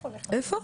איפה?